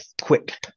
quick